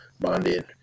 bonded